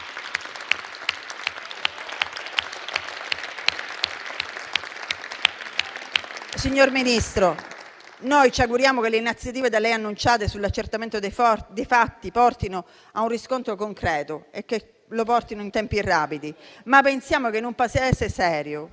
Signor Ministro, noi ci auguriamo che le iniziative da lei annunciate sull'accertamento dei fatti portino a un riscontro concreto, in tempi rapidi. Ma pensiamo che in un Paese serio